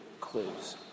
clues